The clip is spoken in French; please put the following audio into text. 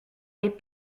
les